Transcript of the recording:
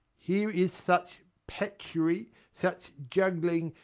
here is such patchery, such juggling,